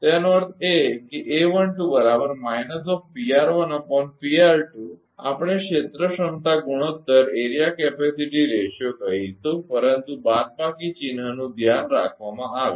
તેનો અર્થ એ કે એ આપણે ક્ષેત્ર ક્ષમતા ગુણોત્તર કહીશું પરંતુ બાદબાકી ચિન્હનું ધ્યાન રાખવામાં આવે છે